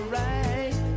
right